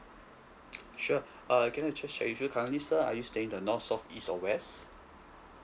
sure err can I just check with you currently sir are you staying the north south east or west